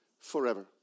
forever